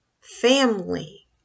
family